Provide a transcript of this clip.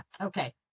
Okay